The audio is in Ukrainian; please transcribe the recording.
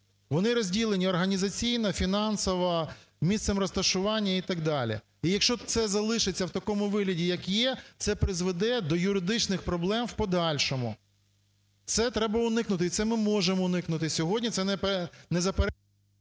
Вони розділені організаційно, фінансово, місцем розташування і так далі. І якщо це залишиться в такому вигляді як є, це призведе до юридичних проблем в подальшому. Це треба уникнути, і це ми можемо уникнути. Сьогодні це… ГОЛОВУЮЧИЙ.